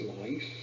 life